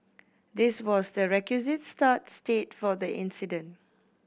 this was the requisite start state for the incident